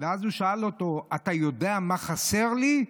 ואז הוא שאל אותו: אתה יודע מה חסר לי?